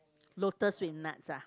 lotus with nuts ah